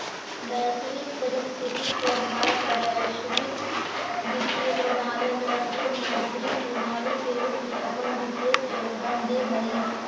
वैश्विक परिस्थिति के आधार पर वैश्विक वित्तीय प्रणाली अंतरराष्ट्रीय मौद्रिक प्रणाली के रूप में अपन विशेष योगदान देऽ हई